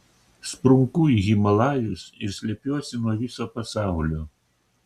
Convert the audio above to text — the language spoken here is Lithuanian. sprunku į himalajus ir slepiuosi nuo viso pasaulio